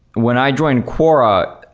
when i joined quora,